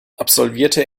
absolvierte